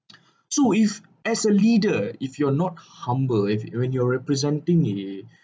zhu if as a leader if you're not humble if when you're representing eh